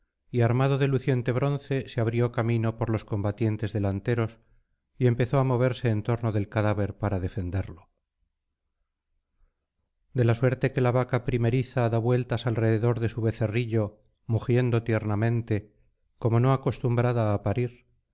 y armacio de luciente bronce se abrió camino por los combatientes delanteros y empezó á moverse en torno del cadáver para defenderlo de la suerte que la vaca primeriza da vueltas alrededor de su becerrillo mugiendo tiernamente como no acostumbrada á parir